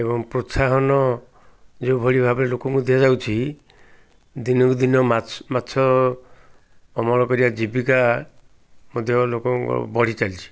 ଏବଂ ପ୍ରୋତ୍ସାହନ ଯେଉଁଭଳି ଭାବରେ ଲୋକଙ୍କୁ ଦିଆଯାଉଛି ଦିନକୁ ଦିନ ମାଛ ଅମଳ କରିବା ଜୀବିକା ମଧ୍ୟ ଲୋକଙ୍କ ବଢ଼ିଚାଲିଛି